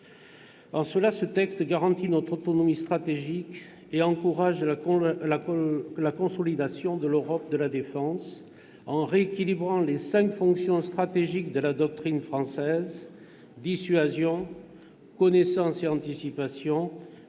En cela, ce texte garantit notre autonomie stratégique et encourage la consolidation de l'Europe de la défense, en rééquilibrant les cinq fonctions stratégiques de la doctrine française : dissuasion, connaissance et anticipation,